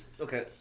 Okay